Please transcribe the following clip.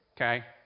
okay